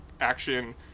action